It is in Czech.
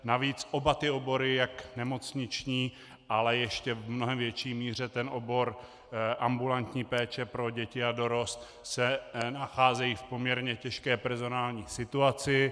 Navíc oba ty obory, jak nemocniční, ale ještě v mnohem větší míře ten obor ambulantní péče pro děti a dorost, se nacházejí v poměrně těžké personální situaci.